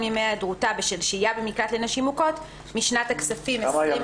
ימי היעדרותה בשל שהייה במקלט לנשים מוכות משנת הכספים 2021